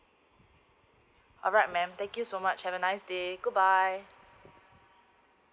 alright ma'am thank you so much have a nice day good bye